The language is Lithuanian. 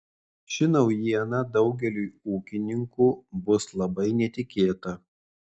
ši naujiena daugeliui ūkininkų bus labai netikėta